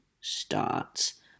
starts